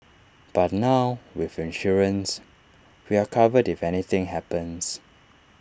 but now with insurance we are covered if anything happens